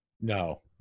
No